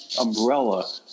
umbrella